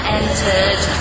entered